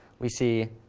we see